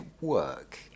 work